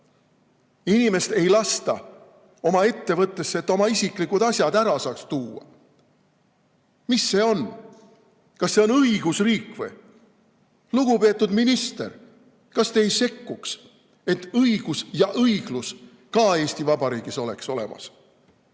Inimest ei lasta oma ettevõttesse, et oma isiklikud asjad ära saaks tuua. Mis see on? Kas see on õigusriik või? Lugupeetud minister, kas te ei sekkuks, et õigus ja õiglus ka Eesti Vabariigis oleks olemas?